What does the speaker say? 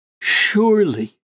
surely